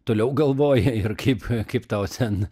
toliau galvoji ir kaip kaip tau ten